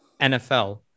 NFL